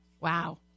Wow